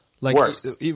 worse